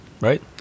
right